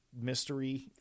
mystery